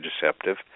deceptive